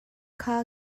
kha